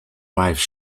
wife